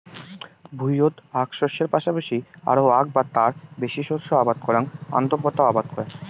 ভুঁইয়ত আক শস্যের পাশাপাশি আরো আক বা তার বেশি শস্য আবাদ করাক আন্তঃপোতা আবাদ কয়